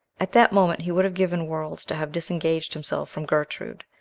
at that moment he would have given worlds to have disengaged himself from gertrude,